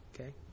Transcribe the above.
Okay